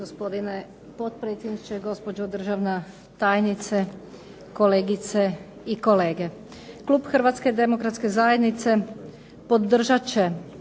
Hrvatske demokratske zajednice podržat će